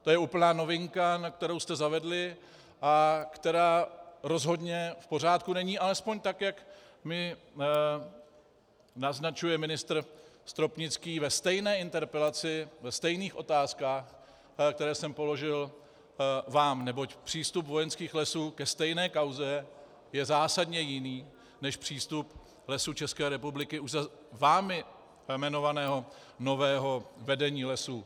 To je úplná novinka, kterou jste zavedli a která rozhodně v pořádku není, alespoň tak, jak mi naznačuje ministr Stropnický ve stejné interpelaci, ve stejných otázkách, které jsem položil vám, neboť přístup Vojenských lesů ke stejné kauze je zásadně jiný než přístup Lesů ČR u vámi jmenovaného nového vedení Lesů.